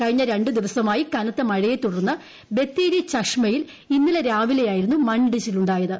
കഴിഞ്ഞ രണ്ട് ദിവസമായി കനത്ത മഴയെ തുടർന്ന് ബത്തേരി ഛഷ്മയിൽ ഇന്നലെ രാവിലെയായിരുന്നു മണ്ണിടിച്ചിലുണ്ടായത്